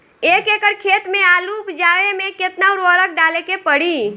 एक एकड़ खेत मे आलू उपजावे मे केतना उर्वरक डाले के पड़ी?